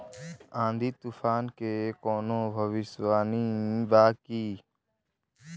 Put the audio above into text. आँधी तूफान के कवनों भविष्य वानी बा की?